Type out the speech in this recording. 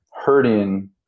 hurting